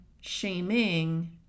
shaming